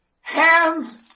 hands